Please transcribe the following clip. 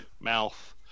mouth